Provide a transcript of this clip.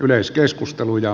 arvoisa puhemies